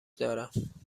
دارم